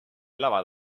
lava